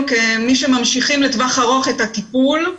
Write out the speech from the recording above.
כמי שממשיכים לטווח ארוך את הטיפול.